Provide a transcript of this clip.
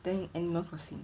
than animal crossing